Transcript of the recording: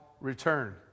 return